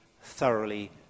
thoroughly